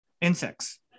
insects